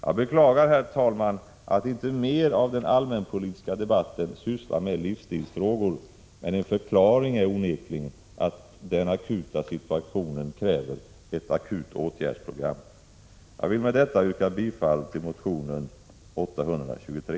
Jag beklagar, herr talman, att inte mer av den alkoholpolitiska debatten sysslar med livsstilsfrågor, men en förklaring är onekligen att den akuta situationen kräver ett akut åtgärdsprogram. Jag vill med detta yrka bifall till motion Sk823.